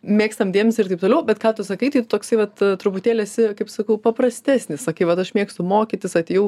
mėgstam dėmesį ir taip toliau bet ką tu sakai tai tu toksai vat truputėlį esi kaip sakau paprastesnis vat aš mėgstu mokytis atėjau